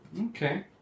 Okay